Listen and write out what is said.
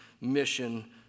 mission